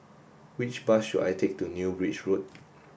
which bus should I take to New Bridge Road